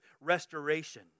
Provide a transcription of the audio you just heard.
restoration